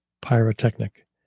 pyrotechnic